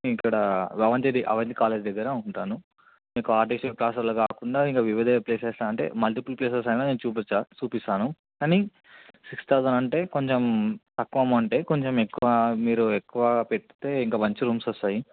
ఇక్కడ రవంతిది అవంతి కాలేజ్ దగ్గర ఉంటాను మీకు ఆర్టీసీ క్రాస్రోడ్లో కాకుండా ఇంకా వివిధ ప్లేసెస్ అంటే మల్టిపుల్ ప్లేసెస్ అయినా చూపించ చూపిస్తాను కానీ సిక్స్ థౌసండ్ అంటే కొంచెం తక్కువ అమౌంటే కొంచెం ఎక్కువ మీరు ఎక్కువ పెట్టితే ఇంకా మంచి రూమ్స్ వస్తాయి